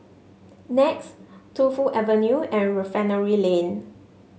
Nex Tu Fu Avenue and Refinery Lane